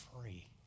Free